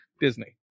Disney